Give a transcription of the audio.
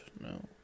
no